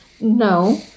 No